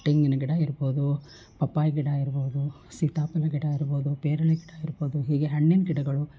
ತೆಂಗಿನ ಗಿಡ ಇರ್ಬೋದು ಪಪ್ಪಾಯ ಗಿಡ ಇರ್ಬೋದು ಸೀತಾಫಲ ಗಿಡ ಇರ್ಬೋದು ಪೇರಳೆ ಗಿಡ ಇರ್ಬೋದು ಹೀಗೆ ಹಣ್ಣಿನ ಗಿಡಗಳು